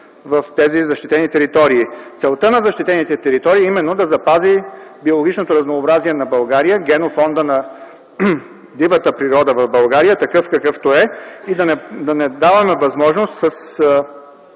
в тези защитени територии. Целта на защитените територии е именно да запази биологичното разнообразие на България, генофонда на дивата природа в България такъв, какъвто е, и да не даваме възможност с